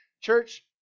Church